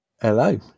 Hello